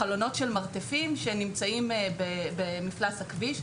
חלונות של מרתפים שנמצאים במפלס הכביש.